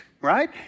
Right